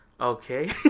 okay